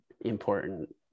important